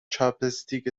چاپستیک